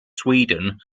sweden